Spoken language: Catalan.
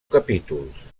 capítols